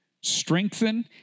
strengthen